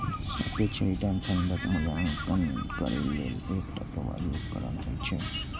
सापेक्ष रिटर्न फंडक मूल्यांकन करै लेल एकटा प्रभावी उपकरण होइ छै